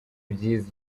byiza